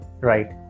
Right